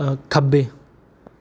ਖੱਬੇ